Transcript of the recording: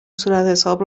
صورتحساب